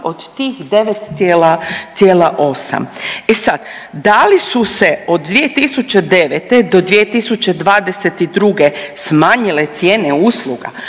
od tih 9,8. E sad, da li su se od 2009. do 2022. smanjile cijene usluga,